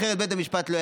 אחרת בית המשפט לא,